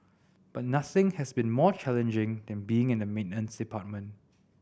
but nothing has been more challenging than being in the maintenance department